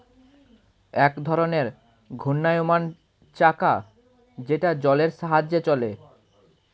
এক ধরনের ঘূর্ণায়মান চাকা যেটা জলের সাহায্যে চলে